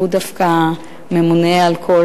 והוא דווקא ממונה על כל